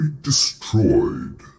destroyed